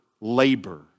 labor